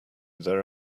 there